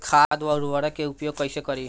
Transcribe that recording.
खाद व उर्वरक के उपयोग कइसे करी?